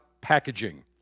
packaging